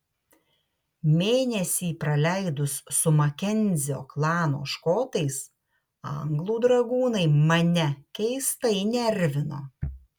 mėnesį praleidus su makenzio klano škotais anglų dragūnai mane keistai nervino